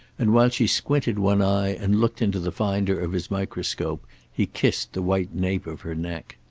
and while she squinted one eye and looked into the finder of his microscope he kissed the white nape of her neck.